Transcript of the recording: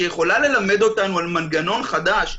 שיכולה ללמד אותנו על מנגנון חדש,